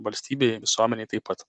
valstybei visuomenei taip pat